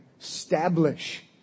establish